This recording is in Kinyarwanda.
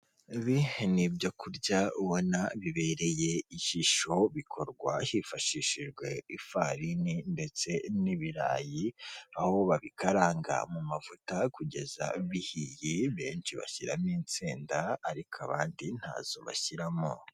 Ibi ni ibyo kurya ubona bibereye ijisho bikorwa hifashishijwe ifarini ndetse n'ibirayi, aho babikaranga mu mavuta kugeza bihiye benshi bashyiramo insenda ariko abandi ntazo bashyiramo.